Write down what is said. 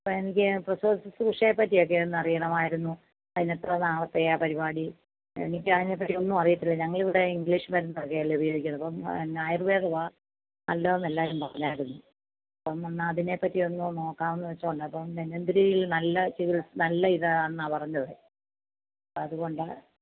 അപ്പോൾ എനിക്ക് പ്രസവ ശുശ്രൂഷയെ പറ്റിയൊക്കെ ഒന്ന് അറിയണമായിരുന്നു അതിന് എത്ര നാളത്തെയാ പരിപാടി എനിക്ക് അതിനെപ്പറ്റി ഒന്നും അറിയത്തില്ല ഞങ്ങളിവിടെ ഇംഗ്ലീഷ് മരുന്നൊക്കെയല്ലേ ഉപയോഗിക്കുന്നത് അപ്പോൾ ആയുർവേദമാണ് നല്ലതെന്ന് എല്ലാവരും പറഞ്ഞായിരുന്നു അപ്പം ഒന്ന് എന്നാൽ അതിനെ പറ്റി ഒന്ന് നോക്കാമെന്ന് വെച്ചുകൊണ്ടാണ് അപ്പം ധന്വന്തരിയിൽ നല്ല ചികിത്സ് നല്ല ഇതാണെന്നാണ് പറഞ്ഞത് അപ്പം അതുകൊണ്ട്